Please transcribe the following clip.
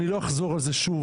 ואני לא אחזור על זה שוב,